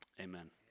amen